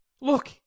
look